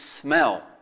smell